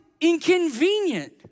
inconvenient